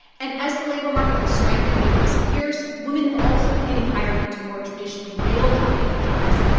and as the labor market has strengthened in recent years, women have also been getting hired into more traditionally male-dominated jobs,